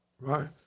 right